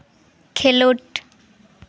ᱠᱷᱮᱞᱳᱰ